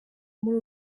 muri